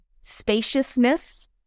spaciousness